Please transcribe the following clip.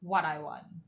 what I want